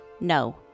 no